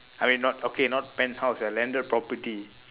I mean not okay not penthouse a landed property